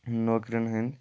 نوکرین ہٕنٛدۍ